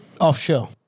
Offshore